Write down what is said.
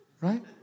right